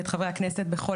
בכל